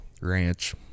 Ranch